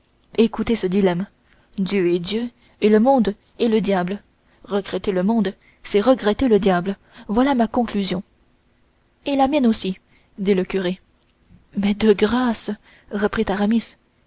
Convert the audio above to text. écoutez ce dilemme dieu est dieu et le monde est le diable regretter le monde c'est regretter le diable voilà ma conclusion c'est la mienne aussi dit le curé mais de grâce dit aramis